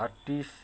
artist